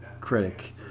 Critic